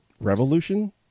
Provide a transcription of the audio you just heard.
Revolution